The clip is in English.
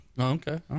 okay